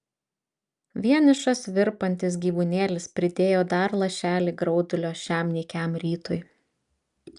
vienišas virpantis gyvūnėlis pridėjo dar lašelį graudulio šiam nykiam rytui